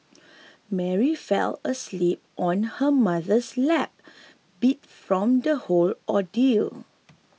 Mary fell asleep on her mother's lap beat from the whole ordeal